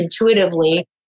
intuitively